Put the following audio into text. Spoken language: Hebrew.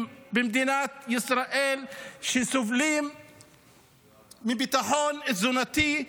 במדינת ישראל סובלים מביטחון תזונתי,